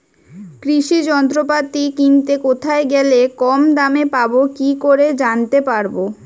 কৃষি যন্ত্রপাতি কিনতে কোথায় গেলে কম দামে পাব কি করে জানতে পারব?